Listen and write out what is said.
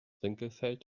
winkelfeld